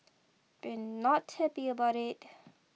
they're not happy about it